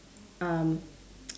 um